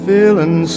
Feeling